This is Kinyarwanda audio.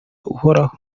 uhoraho